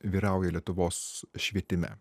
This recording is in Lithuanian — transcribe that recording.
vyrauja lietuvos švietime